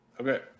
Okay